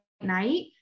night